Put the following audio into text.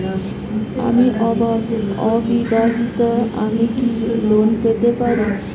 আমি অবিবাহিতা আমি কি লোন পেতে পারি?